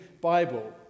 Bible